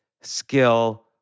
skill